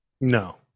No